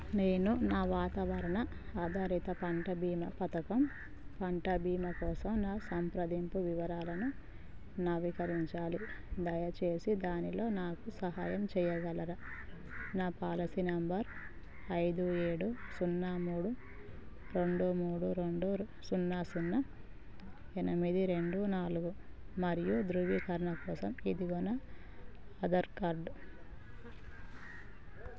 నేను నా వాతావరణ ఆధారిత పంట బీమా పథకం పంట బీమా కోసం నా సంప్రదింపు వివరాలను నవీకరించాలి దయచేసి దానిలో నాకు సహాయం చేయగలరా నా పాలసీ నంబర్ ఐదు ఏడు సున్నా మూడు రెండు మూడు రెండు సున్నా సున్నా ఎనిమిది రెండు నాలుగు మరియు ధృవీకరణ కోసం ఇదిగో నా ఆధార్ కార్డ్